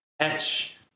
catch